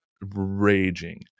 raging